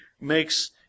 makes